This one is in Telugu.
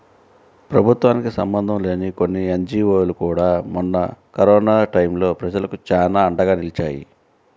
ప్రభుత్వానికి సంబంధం లేని కొన్ని ఎన్జీవోలు కూడా మొన్న కరోనా టైయ్యం ప్రజలకు చానా అండగా నిలిచాయి